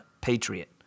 patriot